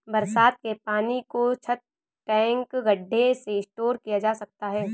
बरसात के पानी को छत, टैंक, गढ्ढे में स्टोर किया जा सकता है